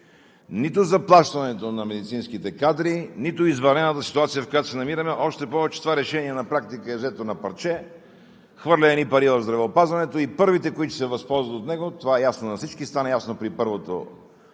нито заплащането на медицинските кадри, нито извънредната ситуация, в която се намираме. Още повече, че това решение на практика е взето на парче, хвърля едни пари в здравеопазването и първите, които ще се възползват от него, това е ясно на всички, стана ясно при първото